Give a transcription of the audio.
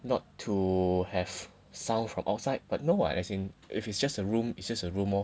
not to have sound from outside but no what as in if it's just a room it's just a room lor